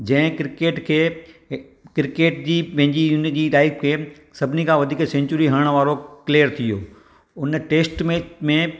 जंहिं क्रिकेट खे क्रिकेट जी पंहिंजी हुनजी लाइफ खे सभिनी खां वधीक सैन्चुरी हणण वारो प्लेयर थी वियो हुन टेस्ट मैच में